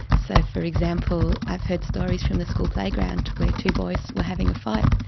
so for example i've heard stories from the school playground where two boys were having a fight.